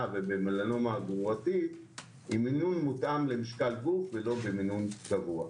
ובמלנומה גרורתית עם מינון מותאם למשקל גוף ולא במינון קבוע.